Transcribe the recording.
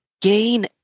gain